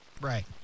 Right